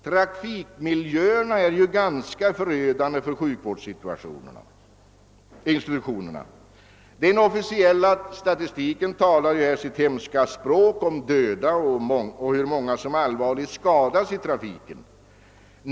Trafikmiljön är ju förödande för sjukvårdsinstitutionerna. Den officiella statistiken talar ett hemskt språk om många döda och allvarligt skadade i trafiken.